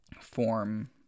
form